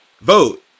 vote